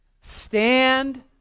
Stand